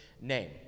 name